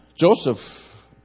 Joseph